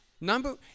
number